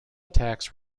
attacks